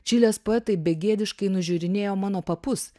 čilės poetai begėdiškai nužiūrinėjo mano papus